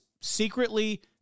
secretly